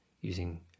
using